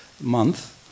month